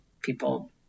people